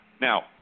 Now